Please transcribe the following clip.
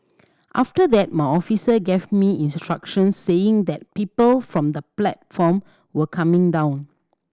after that my officer gave me instructions saying that people from the platform were coming down